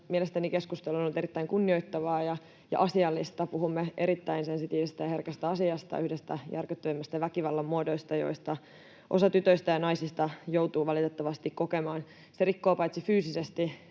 Mielestäni keskustelu on ollut erittäin kunnioittavaa ja asiallista. Puhumme erittäin sensitiivisestä ja herkästä asiasta, yhdestä järkyttävimmistä väkivallan muodoista, jota osa tytöistä ja naisista joutuu valitettavasti kokemaan. Se rikkoo fyysisesti